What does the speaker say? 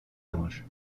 anges